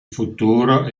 futuro